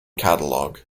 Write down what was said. catalogue